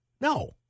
No